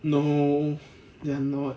no they are not